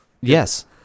Yes